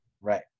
Right